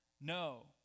No